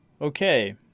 Okay